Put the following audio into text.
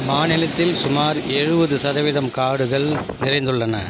மாநிலத்தில் சுமார் எழுபது சதவீதம் காடுகள் நிறைந்துள்ளன